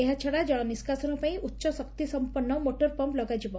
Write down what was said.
ଏହାଛଡା ଜଳ ନିଷ୍କାସନ ପାଇଁ ଉଚ୍ଚଶକ୍ତିସମ୍ମନ୍ ମୋଟରପମ୍ମ ଲଗାଯିବ